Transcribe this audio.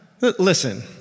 listen